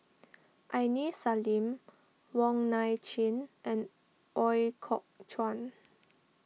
Aini Salim Wong Nai Chin and Ooi Kok Chuen